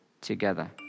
together